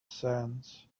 sands